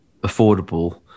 affordable